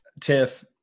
Tiff